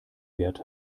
wert